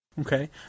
okay